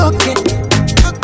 Okay